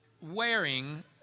wearing